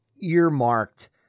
earmarked